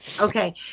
Okay